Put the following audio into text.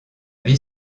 vie